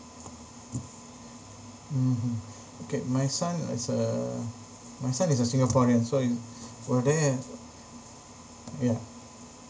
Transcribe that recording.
mmhmm okay my son is a my son is a singaporean so he's will there yeah